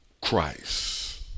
Christ